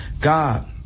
God